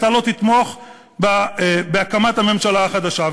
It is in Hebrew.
אתה לא תתמוך בהקמת הממשלה החדשה.